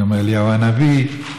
אני אומר אליהו הנביא.